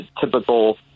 typical